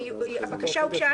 הבקשה הוגשה,